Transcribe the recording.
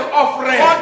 offering